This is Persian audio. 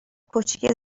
کوچیکه